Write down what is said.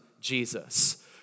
Jesus